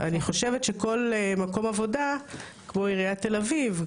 אני חושבת שכל מקום עבודה כמו עיריית תל אביב,